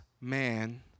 man